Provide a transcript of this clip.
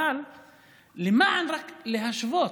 אבל רק כדי להשוות,